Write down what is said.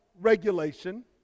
regulation